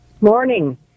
Morning